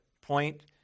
point